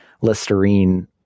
Listerine